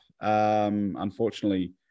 unfortunately